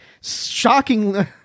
shocking